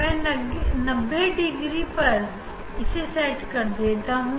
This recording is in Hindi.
मैं 90 डिग्री पर इससे सेट कर देता हूं